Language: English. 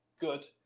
good